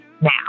now